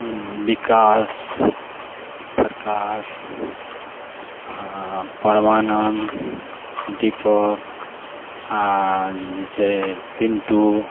विकास प्रकाश आओर परमानन्द दीपक आओर जे छै पिन्टू